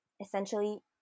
essentially